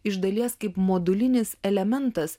iš dalies kaip modulinis elementas